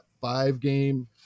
five-game